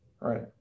Right